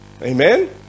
Amen